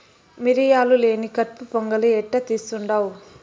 మిరియాలు లేని కట్పు పొంగలి ఎట్టా తీస్తుండావ్